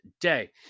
day